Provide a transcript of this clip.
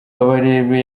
kabarebe